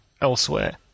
elsewhere